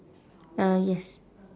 uh yes